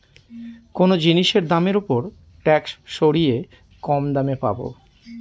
কোনো জিনিসের দামের ওপর ট্যাক্স সরিয়ে কম দামে পাবো